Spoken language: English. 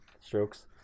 strokes